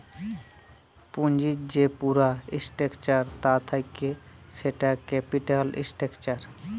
পুঁজির যে পুরা স্ট্রাকচার তা থাক্যে সেটা ক্যাপিটাল স্ট্রাকচার